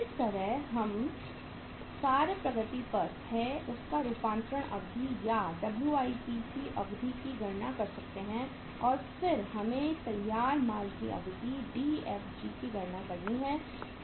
इस तरह से हम कार्य प्रगति पर है उसका रूपांतरण अवधि या WIP की अवधि की गणना कर सकते हैं और फिर हमें तैयार माल की अवधि की गणना करनी है